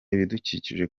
ibidukikije